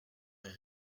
est